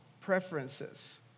preferences